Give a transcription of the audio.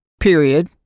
period